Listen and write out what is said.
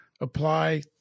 apply